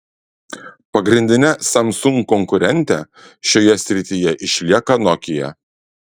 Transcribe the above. pagrindine samsung konkurente šioje srityje išlieka nokia